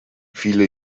viele